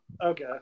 Okay